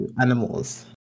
animals